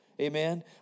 Amen